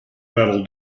metal